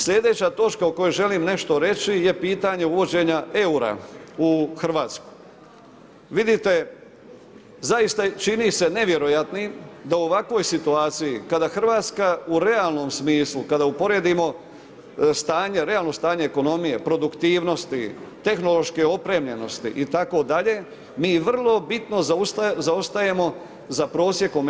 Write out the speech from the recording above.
Sljedeća točka o kojoj želim nešto reći je pitanje uvođenja eura u Hrvatsku. vidite, zaista čini se nevjerojatnim da u ovakvoj situaciju kada Hrvatska u realnom smislu kada uporedimo realno stanje ekonomije, produktivnosti, tehnološke opremljenosti itd., mi vrlo bitno zaostajemo za prosjekom EU.